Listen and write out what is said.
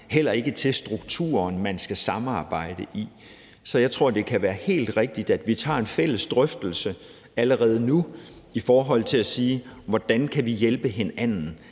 eller til strukturen, man skal samarbejde i. Så jeg tror, det kan være helt rigtigt, at vi tager en fælles drøftelse allerede nu i forhold til at sige: Hvordan kan vi hjælpe hinanden,